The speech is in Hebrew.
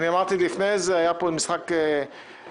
אמרתי שלפני זה היה פה משחק מילים,